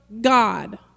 God